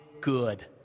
good